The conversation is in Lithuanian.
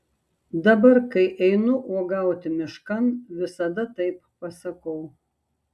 dabar kai einu uogauti miškan visada taip pasakau